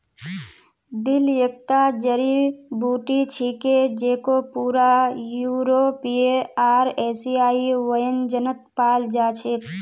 dill एकता जड़ी बूटी छिके जेको पूरा यूरोपीय आर एशियाई व्यंजनत पाल जा छेक